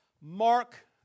Mark